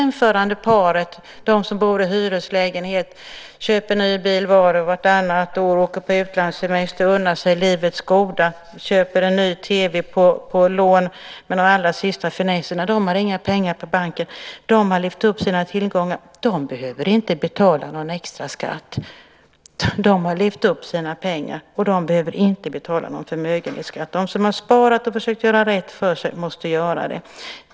Men de som bor i hyreslägenhet, köper en ny bil vart och vartannat år och åker på utlandssemester, unnar sig av livets goda, köper en ny TV med de allra senaste finesserna på lån, har inga pengar på banken, för de har levt upp sina tillgångar, behöver inte betala någon extraskatt. De har levt upp sina pengar, och de behöver inte betala någon förmögenhetsskatt. De som har sparat och försökt göra rätt för sig måste göra det.